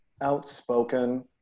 outspoken